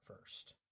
first